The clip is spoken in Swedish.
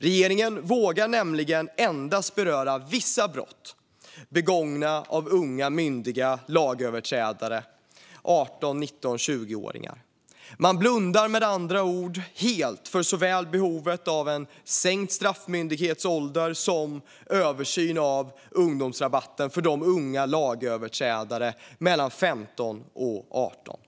Regeringen vågar nämligen endast beröra vissa brott begångna av unga, myndiga lagöverträdare i åldern 18-20 år. Man blundar med andra ord helt för såväl behovet av en sänkt straffmyndighetsålder som en översyn av ungdomsrabatten för unga lagöverträdare mellan 15 och 18 år.